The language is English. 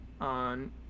on